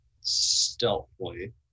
stealthily